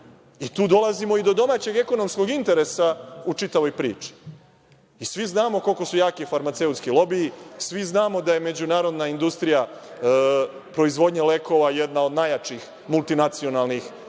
Tu dolazimo i do domaćeg ekonomskog interesa u čitavoj priči i svi znamo koliko su jaki farmaceutski lobiji. Svi znamo da je međunarodna industrija proizvodnje lekova jedna od najjačih multinacionalnih